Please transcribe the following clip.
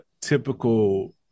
typical